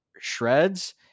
shreds